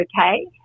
okay